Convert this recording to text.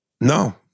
No